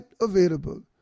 available